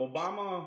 Obama